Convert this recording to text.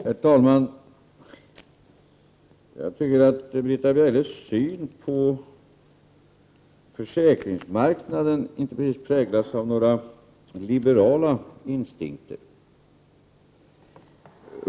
Herr talman! Jag tycker att Britta Bjelles syn på försäkringsmarknaden inte precis präglas av några liberala instinkter.